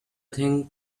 thing